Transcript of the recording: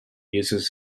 uses